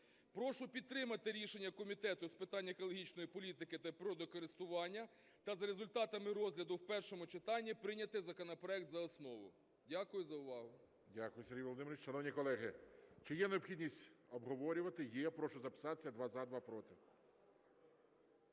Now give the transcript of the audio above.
Прошу підтримати рішення Комітету з питань екологічної політики та природокористування та за результатами розгляду в першому читанні прийняти законопроект за основу. Дякую за увагу. ГОЛОВУЮЧИЙ. Дякую, Сергію Володимировичу. Шановні колеги, чи є необхідність обговорювати? Є. Прошу записатися: два – за, два – проти.